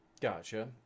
Gotcha